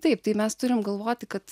taip tai mes turim galvoti kad